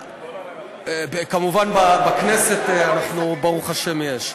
כמובן, בכנסת, ברוך השם, יש.